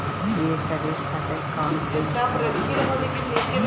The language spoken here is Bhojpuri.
ये सर्विस खातिर कौन कौन दस्तावेज लगी?